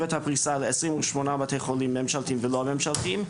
את הפריסה ל-28 בתי חולים ממשלתיים ולא ממשלתיים.